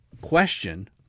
question